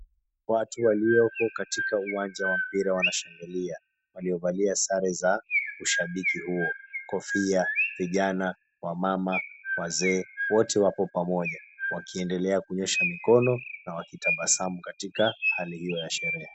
Watu walipo katika uwanja wa mpira wanashangilia waliovalia sare za ushabiki huo, kofia , vijana, wamama, wazee wote wako pamoja wakiendelea kunyosha mikono na wakitabasamu katika hali hiyo ya sherehe.